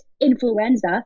influenza